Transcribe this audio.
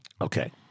Okay